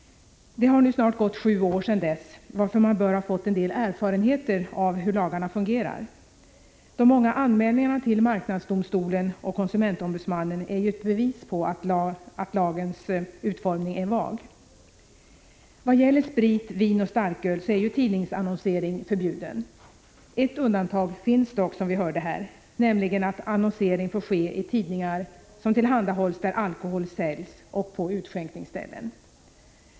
Det har nu snart gått sju år sedan dess, varför man bör ha fått en del erfarenheter av hur lagarna fungerar. De många anmälningarna till marknadsdomstolen och konsumentombudsmannen är ett bevis på lagens vaga utformning. Vad gäller sprit, vin och starköl är tidningsannonsering förbjuden. Ett Prot. 1985/86:125 undantag finns dock: annonsering får ske i tidningar som tillhandahålls där 23 april 1986 alkohol säljs och på utskänkningsställen.